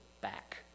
back